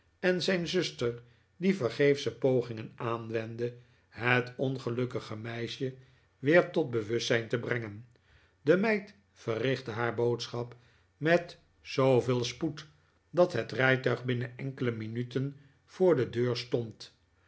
en zijn zuster die vergeefsche pogingen aanwendde het ongelukkige meisje weer tot bewustzijn te brengen de meid verrichtte haar boodschap met zooveel spoed dat het rij tuig binnen enkele minuten voor de deur stond